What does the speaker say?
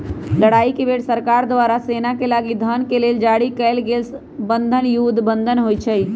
लड़ाई के बेर सरकार द्वारा सेनाके लागी धन के लेल जारी कएल गेल बन्धन युद्ध बन्धन होइ छइ